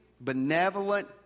benevolent